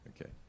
Okay